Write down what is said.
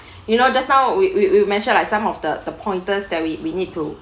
you know just now we we we mentioned like some of the the pointers that we we need to